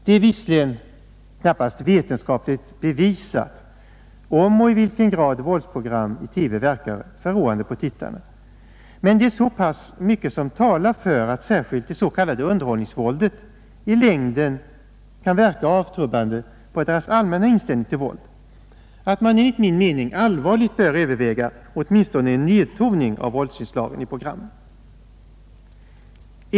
Det är visserligen knappast vetenskapligt bevisat om och i vilken grad våldsprogram i TV verkar förråande på tittarna, men det är så pass mycket som talar för att särskilt det s.k. underhållningsvåldet i längden kan verka avtrubbande på deras allmänna inställning till våld, att man, enligt min mening allvarligt bör överväga åtminstone en nedtoning av våldsinslagen i programmen.